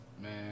Man